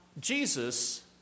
Jesus